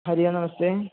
हरिः ओं नमस्ते